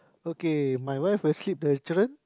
okay my wife is sleep the children